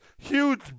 Huge